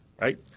Right